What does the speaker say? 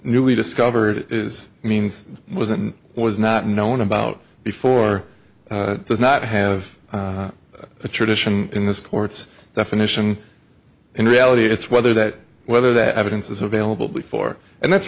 newly discovered is means was and was not known about before does not have a tradition in this court's definition in reality it's whether that whether that evidence is available before and that's